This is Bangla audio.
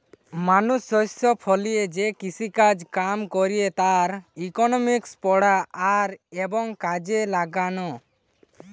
মানুষ শস্য ফলিয়ে যে কৃষিকাজ কাম কইরে তার ইকোনমিক্স পড়া আর এবং কাজে লাগালো